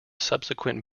subsequent